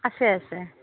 আছে আছে